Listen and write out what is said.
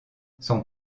son